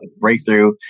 Breakthrough